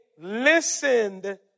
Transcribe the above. listened